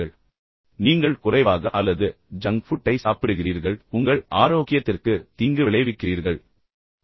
பின்னர் நீங்கள் குறைந்தபட்சம் சாப்பிடுகிறீர்கள் அல்லது ஜங்க் ஃபுட் என்று அழைக்கப்படுவதை சாப்பிடுகிறீர்கள் உங்கள் ஆரோக்கியத்திற்கு தீங்கு விளைவிக்க முயற்சிக்கிறீர்கள்